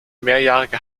mehrjährige